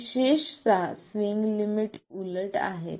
विशेषत swing limit उलट आहेत